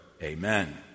Amen